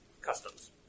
customs